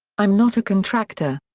i'm not a contractor.